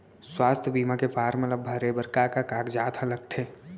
स्वास्थ्य बीमा के फॉर्म ल भरे बर का का कागजात ह लगथे?